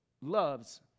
loves